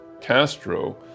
Castro